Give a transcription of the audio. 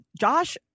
josh